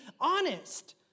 honest